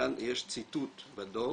כאן יש ציטוט בדוח